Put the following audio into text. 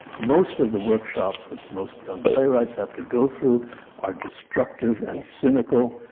most of the workshops that most young playwrights have to go through are destructive and cynical,